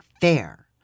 fair